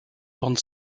trente